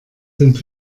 sind